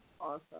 Awesome